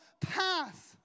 path